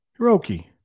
Hiroki